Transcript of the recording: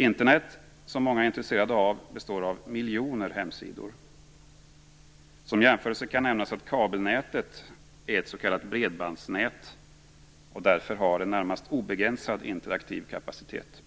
Internet, som många är intresserade av, består av miljoner hemsidor. Som jämförelse kan nämnas att kabelnätet är ett s.k. bredbandsnät och därför har en närmast obegränsad interaktiv kapacitet.